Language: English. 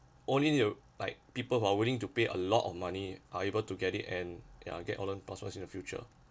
only like people who are willing to pay a lot of money are able to get it and ya get in the future